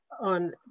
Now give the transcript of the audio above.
on